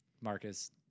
Marcus